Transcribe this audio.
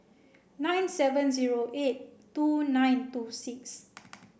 nine seven zero eight two nine two six